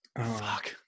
fuck